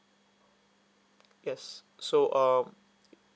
yes so um